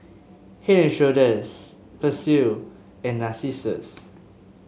Head And Shoulders Persil and Narcissus